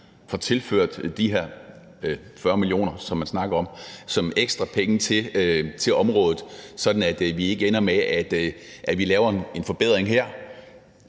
får tilført de her 40 mio. kr., som man snakker om, som ekstra penge til området, sådan at vi ikke ender med, at forligskredsen laver en forbedring på